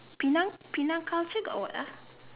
Penang Penang culture got what ah